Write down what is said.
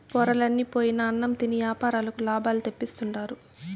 పొరలన్ని పోయిన అన్నం తిని యాపారులకు లాభాలు తెప్పిస్తుండారు